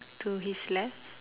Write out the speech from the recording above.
to his left